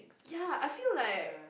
ya I feel like